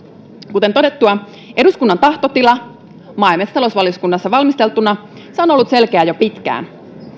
kuten todettua eduskunnan tahtotila maa ja metsätalousvaliokunnassa valmisteltuna on ollut selkeä jo pitkään